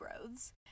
Roads